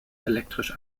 elektrisch